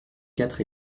quatre